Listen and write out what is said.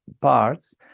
parts